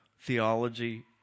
theology